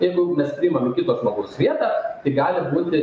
jeigu mes priimam į kito žmogaus vietą tai gali būti